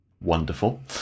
Wonderful